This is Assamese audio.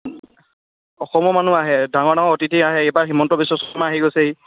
অসমৰ মানুহ আহে ডাঙৰ ডাঙৰ অতিথি আহে এইবাৰ হিমন্ত বিশ্ব শৰ্মা আহি গৈছেহি